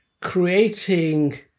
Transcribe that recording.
creating